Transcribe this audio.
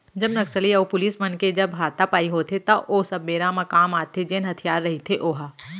जब नक्सली अऊ पुलिस मन के जब हातापाई होथे त ओ सब बेरा म काम आथे जेन हथियार रहिथे ओहा